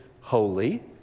holy